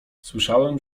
słyszałem